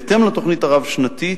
בהתאם לתוכנית הרב-שנתית,